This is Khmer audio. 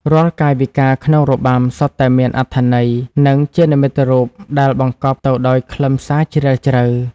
រាល់កាយវិការក្នុងរបាំសុទ្ធតែមានអត្ថន័យ និងជានិមិត្តរូបដែលបង្កប់ទៅដោយខ្លឹមសារជ្រាលជ្រៅ។